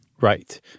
Right